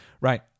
Right